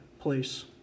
place